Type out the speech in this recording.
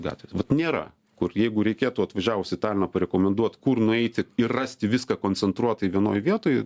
gatvės nėra kur jeigu reikėtų atvažiavus į taliną parekomenduot kur nueiti ir rasti viską koncentruotai vienoj vietoj